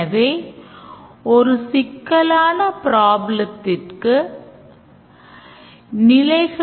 மாற்ற விரும்பும் segment ஐத் தேர்ந்தெடுக்க system கேட்கிறது